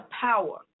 power